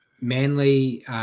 Manly –